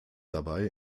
dabei